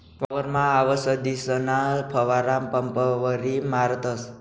वावरमा आवसदीसना फवारा पंपवरी मारतस